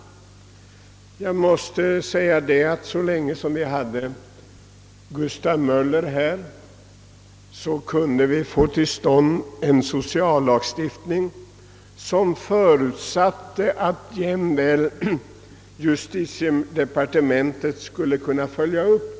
Så länge Gustav Möller satt i regeringen kunde vi få en sociallagstiftning som justitiedepartementet följde upp.